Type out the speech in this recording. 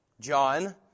John